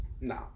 No